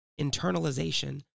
internalization